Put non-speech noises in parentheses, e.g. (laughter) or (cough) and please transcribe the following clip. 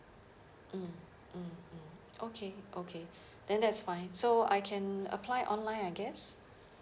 mm mm mm okay okay (breath) then that's fine so I can apply online I guess